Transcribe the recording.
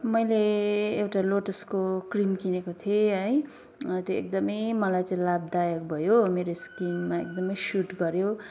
मैले एउटा लोटसको क्रिम किनेको थिएँ है त्यो एकदमै मलाई चाहिँ लाभदायक भयो मेरो स्किनमा एकदमै सुट गर्यो